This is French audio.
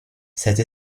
cette